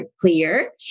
clear